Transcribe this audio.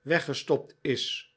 weggestopt is